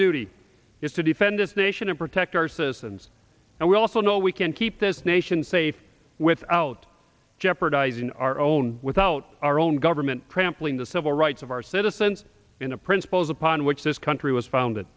duty is to defend this nation and protect our citizens and we also know we can keep this nation safe without jeopardizing our own without our own government trampling the civil rights of our citizens in the principles upon which this country was founded